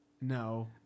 No